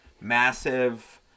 massive